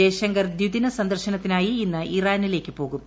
ജയ്ശങ്കർ ദിദിന സന്ദർശനത്തിനായി ഇന്ന് ഇറാനിലേക്ക് പോകും